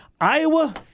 Iowa